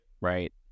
Right